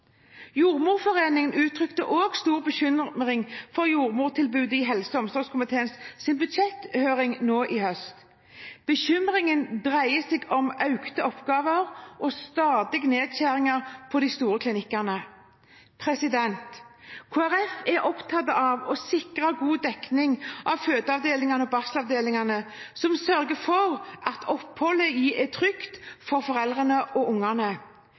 Jordmorforeningen uttrykte også stor bekymring for jordmortilbudet i helse- og omsorgskomiteens budsjetthøring i høst. Bekymringen dreier seg om økte oppgaver og stadige nedskjæringer på de store klinikkene. Kristelig Folkeparti er opptatt av å sikre god dekning av fødeavdelinger og barselavdelinger som sørger for at oppholdet er trygt for foreldrene og ungene.